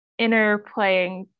interplaying